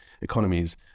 economies